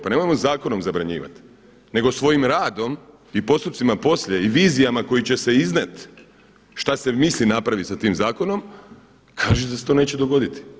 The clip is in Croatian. Pa nemojmo zakonom zabranjivati nego svojim radom i postupcima poslije i vizijama koje će se iznijet šta se misli napravit sa tim zakonom kaže da se to neće dogoditi.